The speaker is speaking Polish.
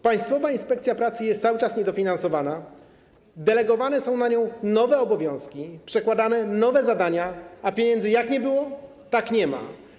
Państwowa Inspekcja Pracy jest cały czas niedofinansowana, delegowane są na nią nowe obowiązki, przekładane nowe zadania, a pieniędzy jak nie było, tak nie ma.